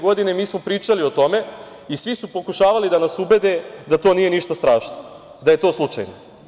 Godine 2019. mi smo pričali o tome i svi su pokušavali da nas ubede da to nije ništa strašno, da je to slučajno.